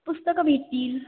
पुस्तक भेटतील